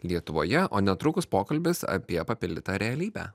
lietuvoje o netrukus pokalbis apie papildytą realybę